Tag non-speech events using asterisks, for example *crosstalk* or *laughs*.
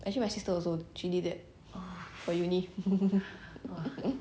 actually my sister also she did that her uni *laughs* hmm